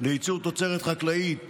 לייצור תוצרת חקלאית